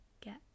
get